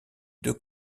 deux